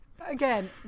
again